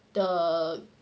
the